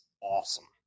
awesome